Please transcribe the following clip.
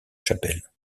chapelle